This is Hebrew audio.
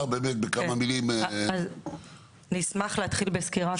אני אשמח להתחיל בסקירה קצרה.